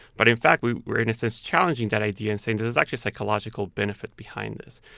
but in fact, we're we're in a sense challenging that idea and saying that there's actually psychological benefit behind this,